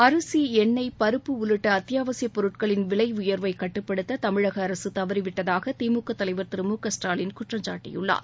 அரிசி எண்ணெய் பருப்பு உள்ளிட்ட அத்தியாவசிய பொருட்களின் விலை உயர்வை கட்டுப்படுத்த தமிழக அரசு தவறிவிட்டதாக திமுக தலைவர் திரு மு க ஸ்டாலின் குற்றம் சாட்டியுள்ளார்